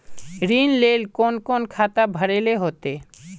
ऋण लेल कोन कोन खाता भरेले होते?